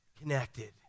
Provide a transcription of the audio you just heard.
connected